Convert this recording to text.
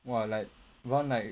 !wah! like run like